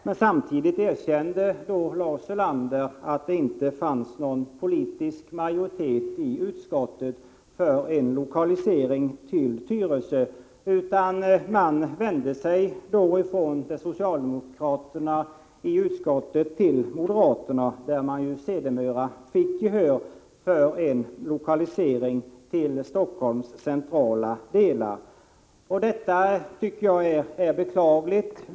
Men samtidigt erkände Lars Ulander att det inte fanns någon politisk majoritet i utskottet för en lokalisering till Tyresö, utan socialdemokraterna i utskottet vände sig till moderaterna, hos vilka man sedermera fick gehör för en lokalisering till Stockholms centrala delar. Detta tycker jag är beklagligt.